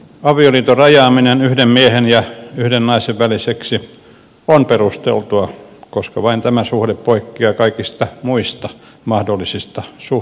avioliiton rajaaminen yhden miehen ja yhden naisen väliseksi on perusteltua koska vain tämä suhde poikkeaa kaikista muista mahdollisista suhteista